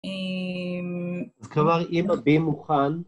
אז כבר אם אבי מוכן